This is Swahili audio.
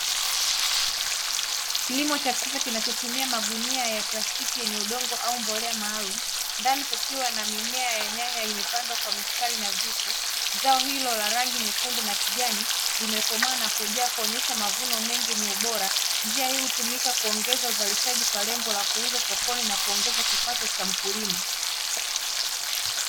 Kilimo cha kisasa kinachotumia magunia ya plastiki yenye udongo au mbolea maalumu, ndani kukiwa na mimea ya nyanya imepandwa kwa mistari nadhifu. Zao hilo la rangi nyekundu na kijani limekomaa na kujaa kuonyesha mavuno mengi yenye ubora. Njia hii hutumika kuongeza uzalishaji kwa lengo la kuuza sokoni na kuongeza kipato cha mkulima.